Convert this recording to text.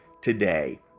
today